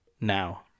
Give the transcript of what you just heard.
now